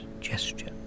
gesture